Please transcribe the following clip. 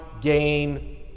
gain